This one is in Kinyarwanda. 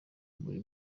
muri